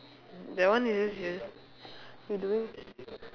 that one is just you're just you doing